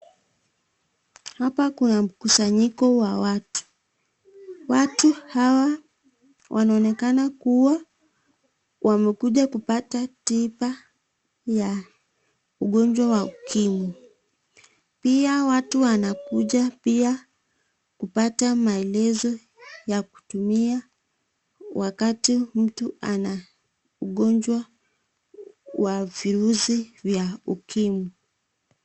Hapa kuna mkusanyiko wa watu. Watu hawa wanaonekana kuwa wamekuja kupata tiba ya ugonjwa ya ukimwi. Pia watu wanakuja pia kupata maelezo ya kutumia wakati mtu ana ugonjwa wa virusi vya ukimwi.